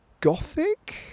gothic